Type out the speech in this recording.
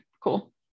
Cool